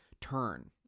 turn